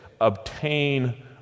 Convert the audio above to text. obtain